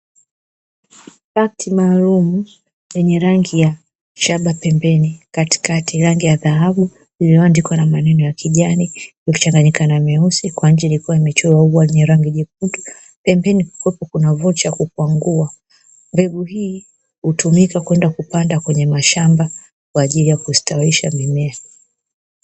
Pakiti maalumu lenye rangi ya shaba pembeni, katikati rangi ya dhahabu iliyoandikwa na maneno ya kijani ili ikichanganyika na nyeusi, kwa nje likiwa limechoewa ua kwa rangi nyekundu, pembeni kukiwepo na vocha ya kukwangua. Mbegu hii hutumika kwenda kupanda kwenye mashamba kwa ajili ya kustawisha mimea.